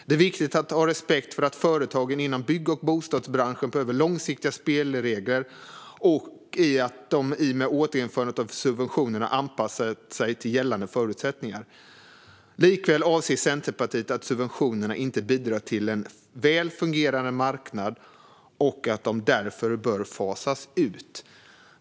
Det är viktigt att ha respekt för att företagen inom bygg och bostadsbranschen behöver långsiktiga spelregler, och att de i och med återinförandet av subventionerna anpassat sig till gällande förutsättningar. Likväl avser Centerpartiet att subventionerna inte bidrar till en väl fungerande marknad och att de därför bör fasas ut."